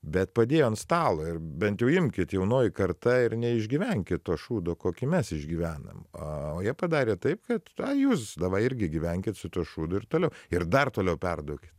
bet padėjo ant stalo ir bent jau imkit jaunoji karta ir neišgyvenkit to šūdo kokį mes išgyvenam o jie padarė taip kad ai jūs davai irgi gyvenkit su tuo šūdu ir toliau ir dar toliau perduokit